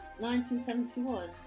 1971